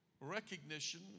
recognition